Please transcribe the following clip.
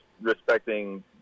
respecting